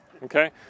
Okay